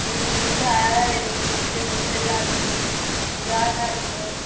எங்களுக்கு நல்லா அழகா வேணும் டிஜிட்டல் வந்து நல்லா இருக்கணும் க்ராண்ட்டாக இருக்கணும்